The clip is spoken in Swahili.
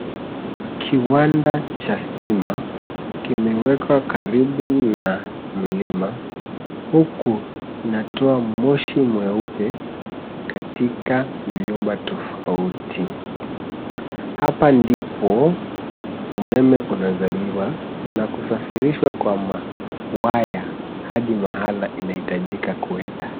Kiwanda cha stima kimewekwa karibu na mlima, huku inatoa moshi mweupe katika vyumba tofauti. Hapa ndipo umeme unazaliwa na kusafirishwa kwa mawaya hadi mahala inahitajika kuenda.